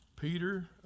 Peter